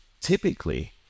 typically